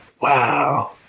Wow